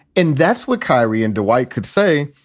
and that's what kyrie and dwight could say.